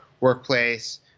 workplace